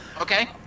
Okay